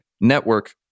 network